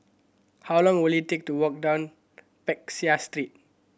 how long will it take to walk down Peck Seah Street